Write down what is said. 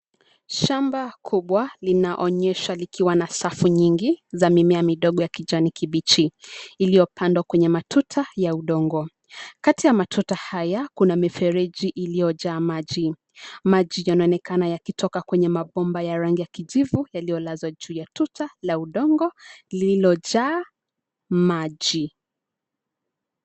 Shamba kubwa linaonyesha likiwa na safu nyingi za mimea midogo ya kijani kibichi, iliyopandwa kwenye matuta ya udongo. Kati ya matuta haya kuna mifereji iliyojaa maji. Maji yanaonekana yakitoka kwenye mabomba ya rangi ya kijivu yaliyolazwa juu ya tuta la udongo, lililojaa, maji.